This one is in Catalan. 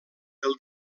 del